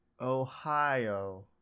Ohio